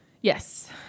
Yes